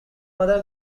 other